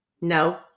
No